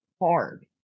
hard